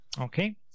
Okay